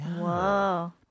Whoa